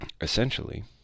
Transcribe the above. Essentially